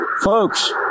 Folks